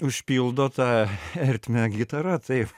užpildo tą ertmę gitara taip